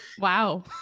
wow